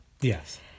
yes